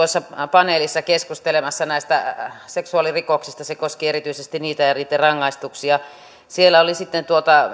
paneelissa keskustelemassa näistä seksuaalirikoksista se koski erityisesti niitä ja niitten rangaistuksia siellä oli sitten